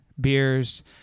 beers